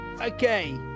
Okay